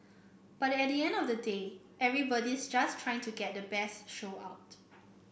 but at the end of the day everybody's just trying to get the best show out